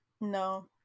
No